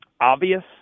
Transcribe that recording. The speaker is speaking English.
obvious